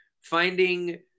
Finding